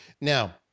Now